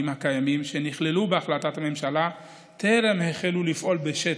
הקיימים שנכללו בהחלטת הממשלה טרם החלו לפעול בשטח,